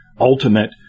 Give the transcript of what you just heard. ultimate